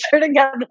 together